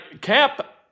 cap